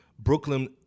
Brooklyn